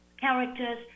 characters